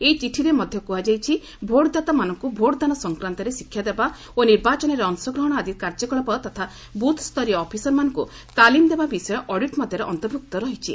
ଏହି ଚିଠିରେ ମଧ୍ୟ କୁହାଯାଇଛି ଭୋଟଦାତାମାନଙ୍କୁ ଭୋଟଦାନ ସଂକ୍ରାନ୍ତରେ ଶିକ୍ଷାଦେବା ଓ ନିର୍ବାଚନରେ ଅଂଶଗ୍ରହଣ ଆଦି କାର୍ଯ୍ୟକଳାପ ତଥା ବୁଥ୍ସରୀୟ ଅଫିସରମାନଙ୍କୁ ତାଲିମ୍ ଦେବା ବିଷୟ ଅଡ଼ିଟ୍ ମଧ୍ୟରେ ଅନ୍ତର୍ଭୁକ୍ତ ରହିଛି